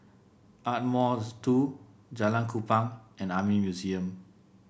Ardmore Two Jalan Kupang and Army Museum